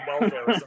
welfare